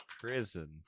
Prison